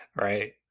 right